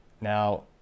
now